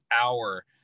hour